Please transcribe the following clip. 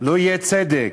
לא יהיה צדק,